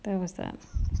there was that